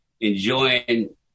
enjoying